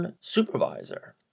supervisor